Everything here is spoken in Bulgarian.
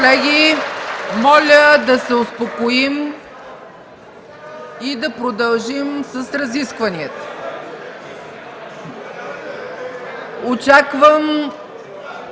моля да се успокоим и да продължим с разискванията. Очаквам